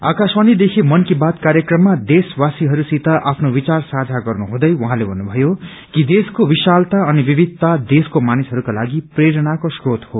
आक्रशवाणीदेखि मन की बात कार्यक्रममा देशवासीहरूसित आँफ्नो विचार साझा गर्नुहुँदै उझँले भन्नुथयो कि देशको विशलता अनि विविधता देशको मानिसहरूका लागि प्रेरणाको श्रोत हो